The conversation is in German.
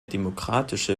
demokratische